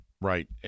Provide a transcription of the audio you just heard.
Right